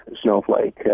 Snowflake